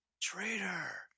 traitor